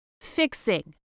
fixing